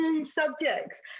subjects